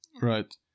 right